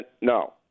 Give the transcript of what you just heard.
no